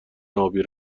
ابی